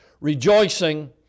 rejoicing